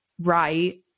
right